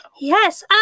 Yes